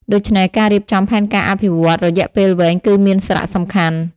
ដូច្នេះ ការរៀបចំផែនការអភិវឌ្ឍន៍រយៈពេលវែងគឺមានសារៈសំខាន់។